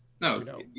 No